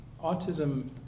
autism